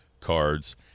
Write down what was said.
Cards